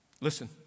Listen